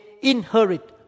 inherit